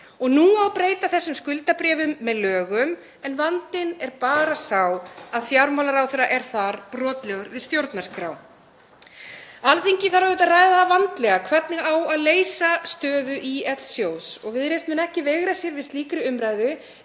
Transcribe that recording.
Og nú á að breyta þessum skuldabréfum með lögum. Vandinn er bara sá að fjármálaráðherra er þar brotlegur við stjórnarskrá. Alþingi þarf auðvitað að ræða vandlega hvernig á að leysa stöðu ÍL-sjóðs og Viðreisn mun ekki veigra sér við slíkri umræðu.